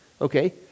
okay